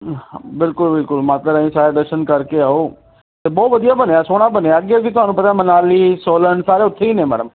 ਬਿਲਕੁਲ ਬਿਲਕੁਲ ਮਾਤਾ ਰਾਣੀ ਸਾਰੇ ਦਰਸ਼ਨ ਕਰਕੇ ਆਓ ਅਤੇ ਬਹੁਤ ਵਧੀਆ ਬਣਿਆ ਸੋਹਣਾ ਬਣਿਆ ਅੱਗੇ ਵੀ ਤੁਹਾਨੂੰ ਪਤਾ ਮਨਾਲੀ ਸੋਲਨ ਸਾਰੇ ਉੱਥੇ ਹੀ ਨੇ ਮੈਡਮ